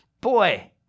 Boy